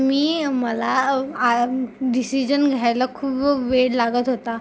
मी मला आळ् डिसीजन घ्यायला खूप वेळ लागत होता